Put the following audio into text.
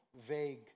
vague